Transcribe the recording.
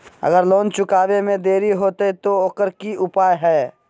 अगर लोन चुकावे में देरी होते तो ओकर की उपाय है?